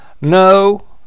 No